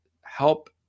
help